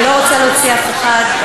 אני לא רוצה להוציא אף אחד.